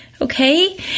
Okay